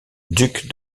duc